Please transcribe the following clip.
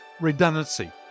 Redundancy